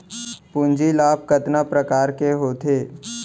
पूंजी लाभ कतना प्रकार के होथे?